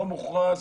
לא מוכרז,